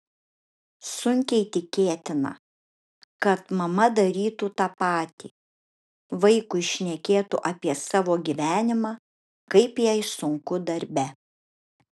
sunkiai tikėtina kad mama darytų tą patį vaikui šnekėtų apie savo gyvenimą kaip jai sunku darbe